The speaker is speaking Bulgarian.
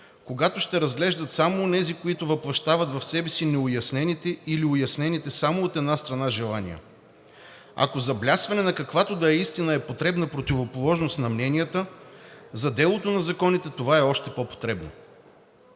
когато ще разглеждат само онези, които въплъщават в себе си неуяснените или уяснените само от една страна желания? Ако за блясване на каква да е истина е потребна противоположност на мненията, за делото на законите това е още по-потребно.“